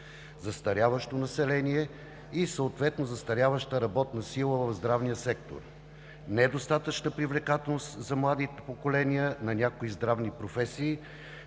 застаряващо население и, съответно, застаряваща работна сила в здравния сектор; недостатъчна привлекателност за младите поколения на някои здравни професии